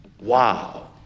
Wow